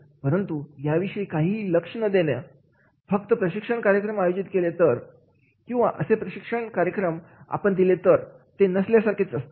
परंतु याविषयी काहीही लक्ष न देता फक्त प्रशिक्षण कार्यक्रम आयोजित केले तर किंवा असे प्रशिक्षण कार्यक्रम आपण दिले गेले तर ते नसल्यासारखेच असतील